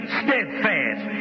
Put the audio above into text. steadfast